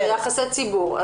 זה יחסי ציבור.